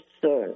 concern